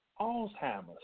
Alzheimer's